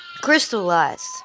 crystallized